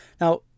Now